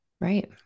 Right